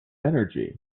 energy